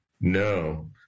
no